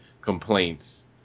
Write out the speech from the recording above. complaints